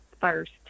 first